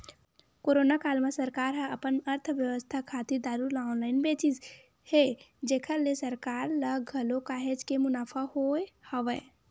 corona काल म सरकार ह अपन अर्थबेवस्था खातिर दारू ल ऑनलाइन बेचिस हे जेखर ले सरकार ल घलो काहेच के मुनाफा होय हवय